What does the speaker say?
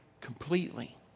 completely